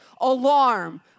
alarm